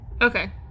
Okay